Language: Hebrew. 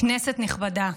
כנסת נכבדה,